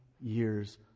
years